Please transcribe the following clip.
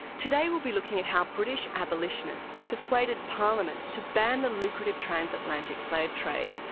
today we'll be looking at how british abolitionists persuaded parliament to ban the lucrative transatlantic slave trade,